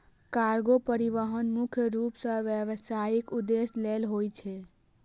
cargo परिवहन मुख्य रूप सं व्यावसायिक उद्देश्य लेल होइ छै